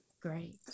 great